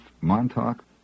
Montauk